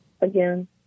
Again